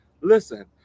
listen